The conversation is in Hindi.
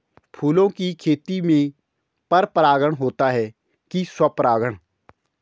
फूलों की खेती में पर परागण होता है कि स्वपरागण?